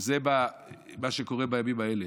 וזה מה שקורה בימים האלה: